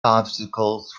obstacles